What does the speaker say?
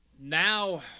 now